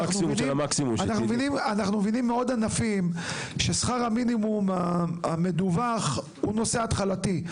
כי אנחנו מבינים מעוד ענפים ששכר המינימום המדווח הוא נושא התחלתי.